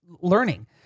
learning